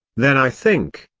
then i think.